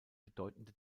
bedeutende